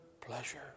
pleasure